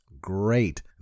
great